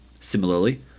Similarly